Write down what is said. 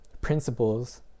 principles